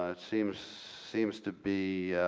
ah seems seems to be